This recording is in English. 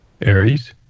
Aries